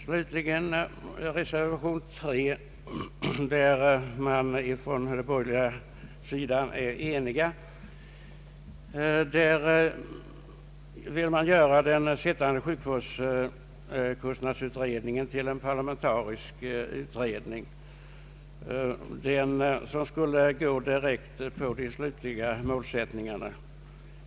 Slutligen föreslås i reservation 3 — och på denna punkt är den borgerliga sidan enig — att sjukvårdskostnadsutredningen skulle få en parlamentarisk förankring och att denna utredning skulle gå direkt på de slutliga målsättningarna.